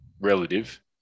relative